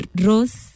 rose